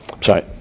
Sorry